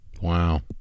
Wow